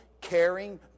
caring